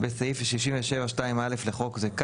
בסעיף 67(2)(א) לחוק זה,